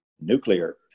nuclear